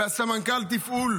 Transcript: וסמנכ"ל התפעול